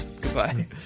Goodbye